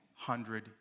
hundred